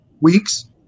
weeks